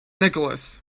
nicholas